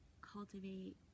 cultivate